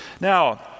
Now